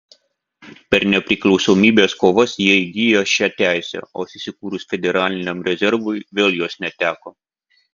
per nepriklausomybės kovas jie įgijo šią teisę o susikūrus federaliniam rezervui vėl jos neteko